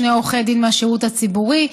שני עורכי דין מהשירות הציבורי,